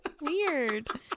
Weird